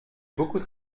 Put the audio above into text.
beaucoup